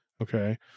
Okay